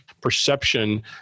perception